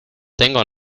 tengo